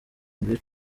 muri